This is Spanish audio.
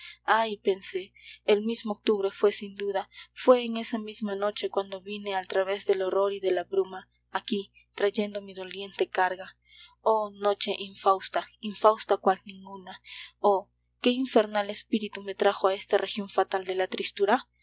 ay pensé el mismo octubre fué sin duda fué en esa misma noche cuando vine al través del horror y de la bruma aquí trayendo mi doliente carga oh noche infausta infausta cual ninguna oh qué infernal espíritu me trajo a esta región fatal de la tristura